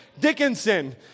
Dickinson